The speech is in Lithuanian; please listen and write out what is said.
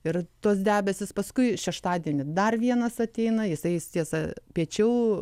ir tuos debesis paskui šeštadienį dar vienas ateina jisai tiesa piečiau